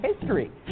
history